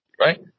right